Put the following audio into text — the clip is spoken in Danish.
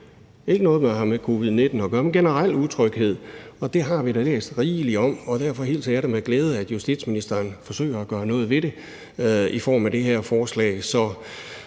der har med covid-19 at gøre, men i generel utryghed. Og det har vi da læst rigeligt om, og derfor hilser jeg det med glæde, at justitsministeren forsøger at gøre noget ved det i form af det her forslag,